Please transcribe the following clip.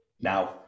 Now